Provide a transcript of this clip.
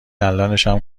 الانشم